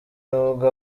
nubwo